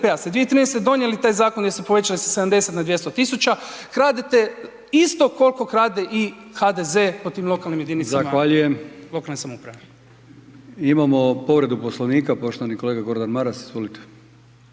ste 2013. donijeli taj zakon jer ste povećali sa 70 na 200 tisuća. Kradete isto koliko krade i HDZ po tim lokalnim jedinicama. **Brkić, Milijan (HDZ)** Zahvaljujem. Imamo povredu Poslovnika, poštovani kolega Gordan Maras. Izvolite.